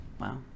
Wow